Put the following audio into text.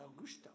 Augusto